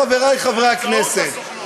חברי חברי הכנסת,